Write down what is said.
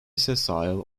sessile